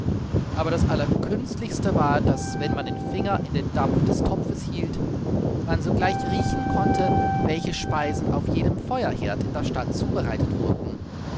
aber das allerkünstlichste war daß wenn man den finger in den dampf des topfes hielt man sogleich riechen konnte welche speisen auf jedem feuerherd in der stadt zubereitet wurden